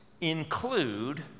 include